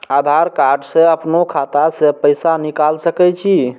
आधार कार्ड से अपनो खाता से पैसा निकाल सके छी?